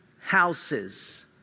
houses